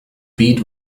bead